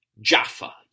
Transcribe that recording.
Jaffa